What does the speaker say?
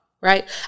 Right